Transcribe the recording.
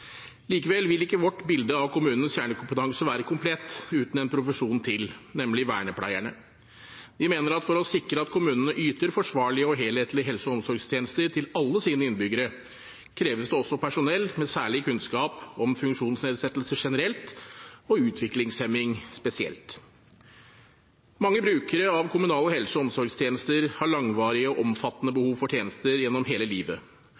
Likevel vil ikke vårt bilde av kommunens kjernekompetanse være komplett uten en profesjon til, nemlig vernepleierne. Vi mener at for å sikre at kommunene yter forsvarlige og helhetlige helse- og omsorgstjenester til alle sine innbyggere, kreves det også personell med særlig kunnskap om funksjonsnedsettelse generelt og utviklingshemming spesielt. Mange brukere av kommunale helse- og omsorgstjenester har langvarige og omfattende behov for tjenester gjennom hele livet,